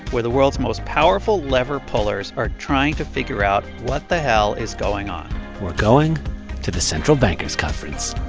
where the world's most powerful lever-pullers are trying to figure out what the hell is going on we're going to the central bankers' conference